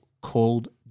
called